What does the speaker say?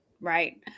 right